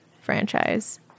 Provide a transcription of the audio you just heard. franchise